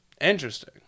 interesting